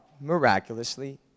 miraculously